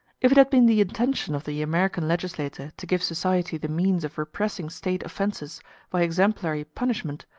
if it had been the intention of the american legislator to give society the means of repressing state offences by exemplary punishment,